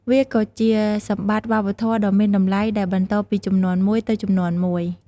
វាក៏ជាសម្បត្តិវប្បធម៌ដ៏មានតម្លៃដែលបន្តពីជំនាន់មួយទៅជំនាន់មួយ។